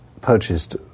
purchased